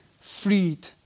freed